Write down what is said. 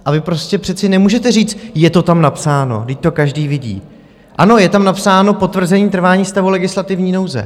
A vy prostě přece nemůžete říct: Je to tam napsáno, vždyť to každý vidí ano, je tam napsáno potvrzení trvání stavu legislativní nouze.